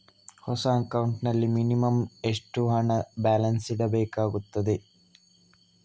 ಹೊಸ ಅಕೌಂಟ್ ನಲ್ಲಿ ಮಿನಿಮಂ ಎಷ್ಟು ಹಣ ಬ್ಯಾಲೆನ್ಸ್ ಇಡಬೇಕಾಗುತ್ತದೆ?